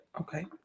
Okay